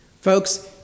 Folks